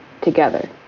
together